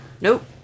nope